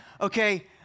okay